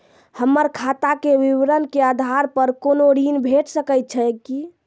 हमर खाता के विवरण के आधार प कुनू ऋण भेट सकै छै की?